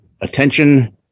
attention